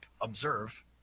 observe